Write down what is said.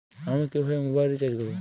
আমি কিভাবে mobile recharge করব?